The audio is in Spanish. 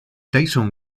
tyson